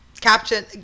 Caption